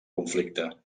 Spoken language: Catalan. conflicte